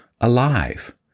alive